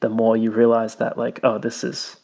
the more you realize that like, oh, this is